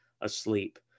asleep